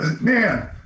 Man